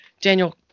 Daniel